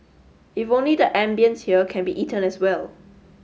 if only the ambience here can be eaten as well